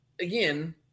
again